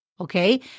Okay